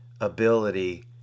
ability